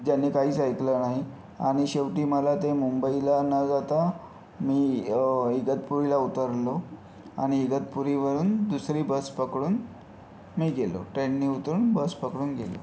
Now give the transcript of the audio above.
ज्यांनी काहीच ऐकलं नाही आणि शेवटी मला ते मुंबईला न जाता मी इगतपुरीला उतरलो आणि इगतपुरीवरून दुसरी बस पकडून मी गेलो ट्रेननी उतरून बस पकडून गेलो